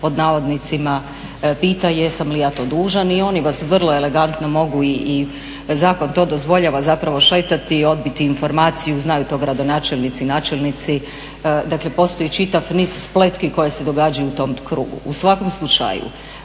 pod navodnicima pita jesam li ja to dužan i oni vas vrlo elegantno mogu i zakon to dozvoljava zapravo šetati i odbiti informaciju. Znaju to gradonačelnici i načelnici. Dakle, postoji čitav niz spletki koje se događaju u tom krugu. U svakom slučaju